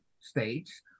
states